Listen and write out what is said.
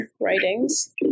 writings